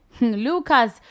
Lucas